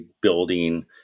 building